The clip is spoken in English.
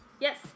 Yes